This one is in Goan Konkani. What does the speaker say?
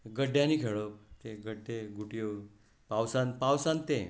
गड्ड्यांनीं खेळप गड्डे गुड्ड्यो पावसांत तें